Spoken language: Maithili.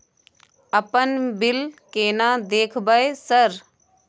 अपन बिल केना देखबय सर?